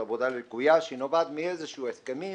זו עבודה לקויה שנובעת מאיזשהם הסכמים